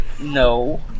No